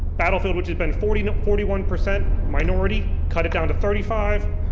battlefield which has been forty and forty one percent minority, cut it down to thirty five.